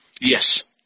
Yes